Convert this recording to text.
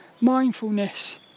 Mindfulness